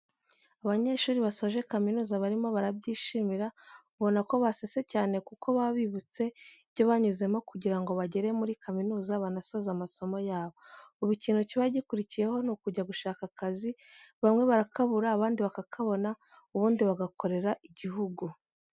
Abanyeshuri basoje kaminuza barimo barabyishimira, ubona ko basetse cyane kuko baba bibutse ibyo banyuzemo kugira ngo bagere muri kaminuza banasoze amasomo yabo. Ubu ikintu kiba gikurikiyeho ni ukujya gushaka akazi, bamwe barakabura abandi bakakabona ubundi bagakorera igihugu.